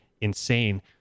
insane